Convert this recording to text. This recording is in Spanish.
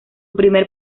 primer